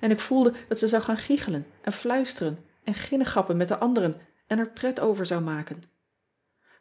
en ik voelde dat ze zou gaan gichelen en fluisteren en ginnegappen met de anderen en or pret over zou maken